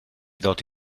ddod